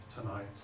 tonight